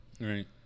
Right